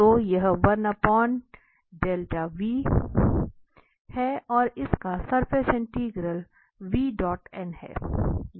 तो यह है और इसका सरफेस इंटीग्रल 𝑣⃗⋅n है